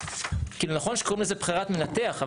כאילו נכון שקוראים לזה בחירת מנתח,